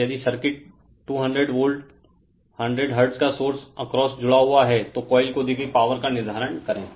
यदि circuit 200 volt 100 hertz का source across जुड़ा हुआ है तो कोइल को दी गई पावर का निर्धारण करे